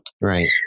Right